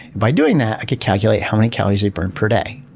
by doing that, i could calculate how many calories they burn per day.